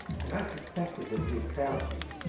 and i suspected that he had found you,